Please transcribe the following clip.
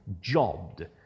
jobbed